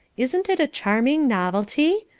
isn't it a charming novelty?